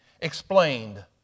explained